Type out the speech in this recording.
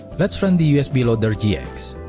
let's run the usb loader gx